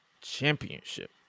Championship